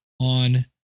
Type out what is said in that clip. on